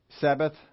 Sabbath